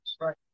right